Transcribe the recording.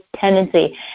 tendency